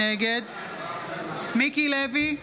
נגד מיקי לוי,